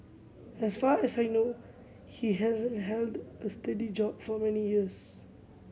as far as I know he hasn't held a steady job for many years